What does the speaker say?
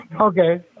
okay